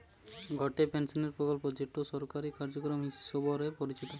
গটে পেনশনের প্রকল্প যেটো সরকারি কার্যক্রম হিসবরে পরিচিত